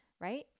right